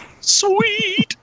sweet